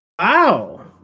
Wow